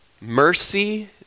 mercy